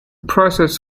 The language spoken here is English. process